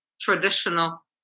traditional